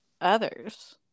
others